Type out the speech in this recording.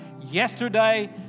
yesterday